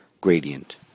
gradient